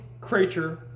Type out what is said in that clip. creature